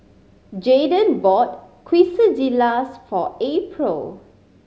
Jaeden bought Quesadillas for April